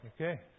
Okay